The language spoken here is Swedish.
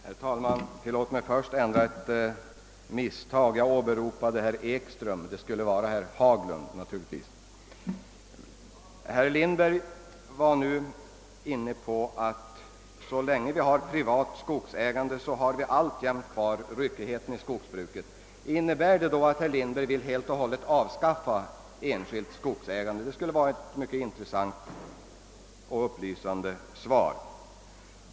Herr talman! Tillåt mig först att ändra ett misstag i mitt förra anförande, jag åberopade herr Ekström, men det skulle naturligtvis vara herr Haglund. Herr Lindberg menade att så länge det finns ett privat skogsägande kvarstår ryckigheten inom skogsbruket. Innebär detta att herr Lindberg helt och hållet vill avskaffa enskilt skogsägande? Det skulle vara mycket intressant att få ett upplysande svar.